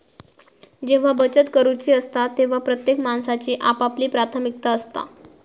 जेव्हा बचत करूची असता तेव्हा प्रत्येक माणसाची आपापली प्राथमिकता असता